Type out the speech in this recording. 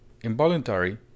involuntary